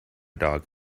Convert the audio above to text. dog